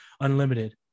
Unlimited